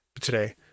Today